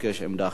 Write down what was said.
בבקשה, אדוני.